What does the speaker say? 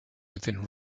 within